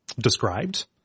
described